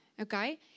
Okay